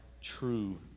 true